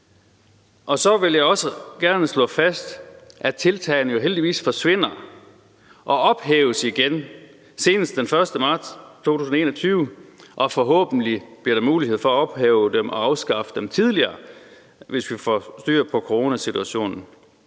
Og så vil jeg også gerne slå fast, at tiltagene jo heldigvis forsvinder og ophæves igen senest den 1. marts 2021. Og forhåbentlig bliver der mulighed for at ophæve dem og afskaffe dem tidligere, hvis vi får styr på coronasituationen.